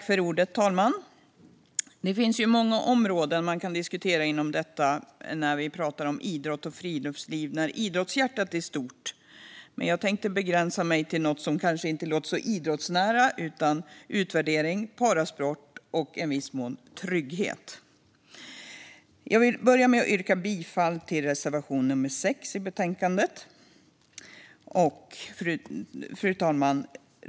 Fru talman! Det finns många områden man kan diskutera när vi pratar om idrott och friluftsliv när idrottshjärtat är stort. Men jag tänkte begränsa mig till något som inte låter så idrottsnära, nämligen utvärdering, parasport och i viss mån trygghet. Jag vill börja med att yrka bifall till reservation nummer 6 i betänkandet. Fru talman!